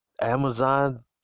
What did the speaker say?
Amazon